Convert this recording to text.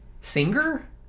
Singer